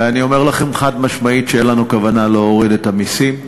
ואני אומר לכם חד-משמעית שאין לנו כוונה להוריד את המסים,